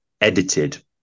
edited